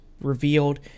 revealed